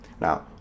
now